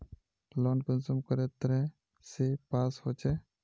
Loan कुंसम करे तरह से पास होचए?